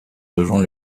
rejoint